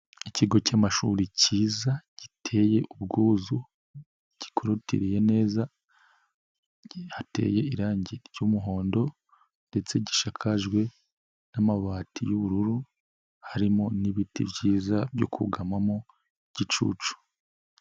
Ikigo cy'amashuri cyiza giteye ubwuzu kikorutiriye neza, hateye irangi ry'umuhondo ndetse gishakajwe n'amabati y'ubururu, harimo n'ibiti byiza byo kugamamo igicucu.